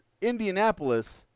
Indianapolis